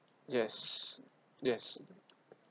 yes yes